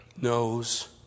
knows